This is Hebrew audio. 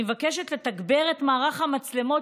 אני מבקשת לתגבר את מערך המצלמות.